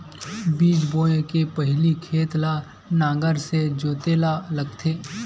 बीज बोय के पहिली खेत ल नांगर से जोतेल लगथे?